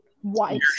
White